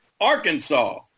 Arkansas